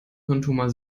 hirntumor